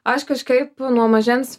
aš kažkaip nuo mažens